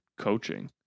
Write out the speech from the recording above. coaching